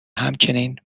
همچنین